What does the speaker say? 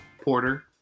porter